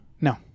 No